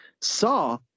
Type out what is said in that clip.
saw